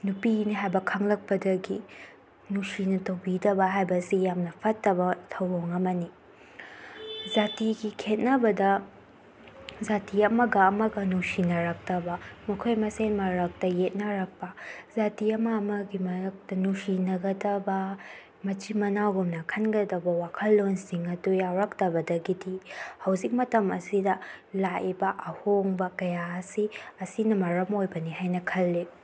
ꯅꯨꯄꯤꯅꯤ ꯍꯥꯏꯕ ꯈꯪꯂꯛꯄꯗꯒꯤ ꯅꯨꯡꯁꯤꯅ ꯇꯧꯕꯤꯗꯕ ꯍꯥꯏꯕꯁꯤ ꯌꯥꯝꯅ ꯐꯠꯇꯕ ꯊꯧꯑꯣꯡ ꯑꯃꯅꯤ ꯖꯥꯇꯤꯒꯤ ꯈꯦꯠꯅꯕꯗ ꯖꯥꯇꯤ ꯑꯃꯒ ꯑꯃꯒ ꯅꯨꯡꯁꯤꯅꯔꯛꯇꯕ ꯃꯈꯣꯏ ꯃꯁꯦꯜ ꯃꯔꯛꯇ ꯌꯦꯛꯅꯔꯛꯄ ꯖꯥꯇꯤ ꯑꯃ ꯑꯃꯒꯤ ꯃꯔꯛꯇ ꯅꯨꯡꯁꯤꯅꯒꯗꯕ ꯃꯆꯤꯟ ꯃꯅꯥꯎꯒꯨꯝꯅ ꯈꯟꯒꯗꯕ ꯋꯥꯈꯜꯂꯣꯟꯁꯤꯡ ꯑꯗꯨ ꯌꯥꯎꯔꯛꯇꯕꯗꯒꯤꯗꯤ ꯍꯧꯖꯤꯛ ꯃꯇꯝ ꯑꯁꯤꯗ ꯂꯥꯛꯏꯕ ꯑꯍꯣꯡꯕ ꯀꯌꯥ ꯑꯁꯤ ꯑꯁꯤꯅ ꯃꯔꯝ ꯑꯣꯏꯕꯅꯤ ꯍꯥꯏꯅ ꯈꯜꯂꯤ